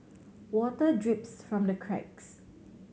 water drips from the cracks